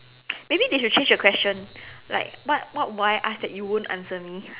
maybe they should change the question like what what will I ask that you won't answer me